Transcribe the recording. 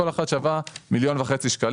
שכל אחת מהן שווה כמיליון וחצי ₪.